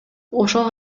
ошол